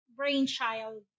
brainchild